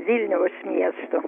vilniaus miesto